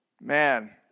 Man